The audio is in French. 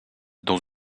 dans